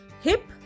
Hip